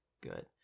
good